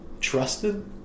trusted